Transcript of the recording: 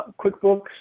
QuickBooks